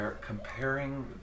comparing